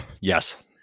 Yes